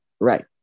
right